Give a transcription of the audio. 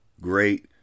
great